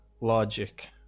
logic